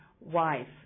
wife